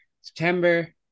September